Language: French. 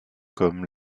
comme